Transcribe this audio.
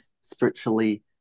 spiritually